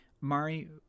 Mari